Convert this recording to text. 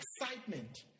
excitement